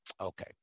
Okay